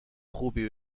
خوبی